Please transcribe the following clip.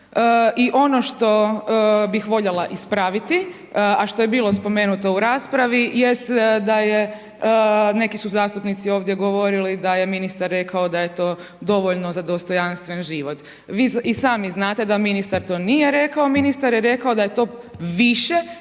I ono što bih voljela ispraviti, a što je bilo spomenuto u raspravi jest da je neki su zastupnici ovdje govorili da je ministar rekao da je to dovoljno za dostojanstven život. Vi i sami znate da ministar to nije rekao, ministar je rekao da je to više